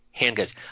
handguns